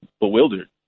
bewildered